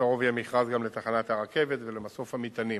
בקרוב יהיה מכרז גם לתחנת הרכבת ולמסוף המטענים.